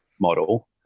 model